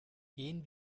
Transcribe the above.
gehen